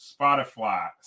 Spotify